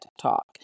talk